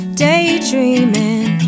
daydreaming